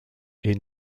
est